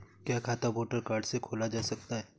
क्या खाता voter card से खोला जा सकता है?